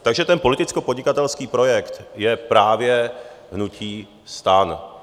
Takže ten politickopodnikatelský projekt je právě hnutí STAN.